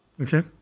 Okay